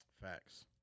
Facts